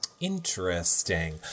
Interesting